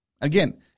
Again